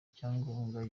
cyangombwa